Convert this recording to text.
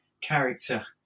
character